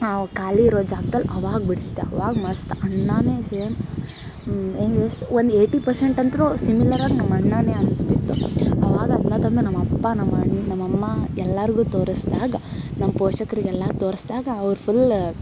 ನಾವು ಖಾಲಿ ಇರುವ ಜಾಗ್ದಲ್ಲಿ ಅವಾಗ ಬಿಡ್ಸ್ದ ಅವಾಗ ಮಸ್ತು ಅಣ್ಣಾನೇ ಸೇಮ್ ಒಂದು ಏಯ್ಟಿ ಪರ್ಸೆಂಟಂತ್ರು ಸಿಮಿಲರಾಗಿ ನಮ್ಮಣ್ಣಾನೇ ಅನ್ಸ್ತಿತ್ತು ಅವಾಗ ಅದನ್ನ ತಂದು ನಮ್ಮಪ್ಪ ನಮ್ಮಣ್ಣ ನಮ್ಮಮ್ಮ ಎಲ್ಲಾರಿಗು ತೋರಿಸಿದಾಗ ನಮ್ಮ ಪೋಷಕರಿಗೆಲ್ಲ ತೋರಿಸಿದಾಗ ಅವ್ರು ಫುಲ್ಲ